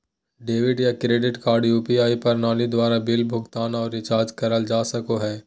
debit या credit card UPI प्रणाली द्वारा बिल भुगतान आर रिचार्ज करल जा सको हय